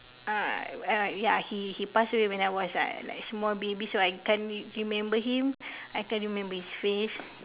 uh ya he he passed away when I was uh like small baby so I can't remember him I can't remember his face